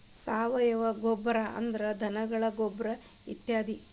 ಸಾವಯುವ ಗೊಬ್ಬರಾ ಅಂದ್ರ ಧನಗಳ ಗೊಬ್ಬರಾ ಇತ್ಯಾದಿ